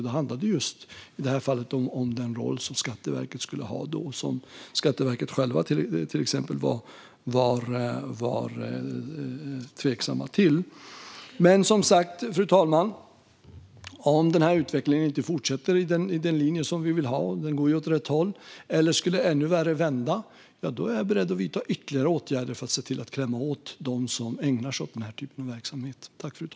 De handlade just om den roll som Skatteverket skulle ha. Till exempel var Skatteverket självt tveksamt till detta. Fru talman! Om utvecklingen inte fortsätter på den linje som vi vill ha - den går ju åt rätt håll - eller skulle ännu värre vända, är jag beredd att vidta ytterligare åtgärder för att se till att klämma åt dem som ägnar sig åt den typen av verksamhet.